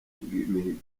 imihigo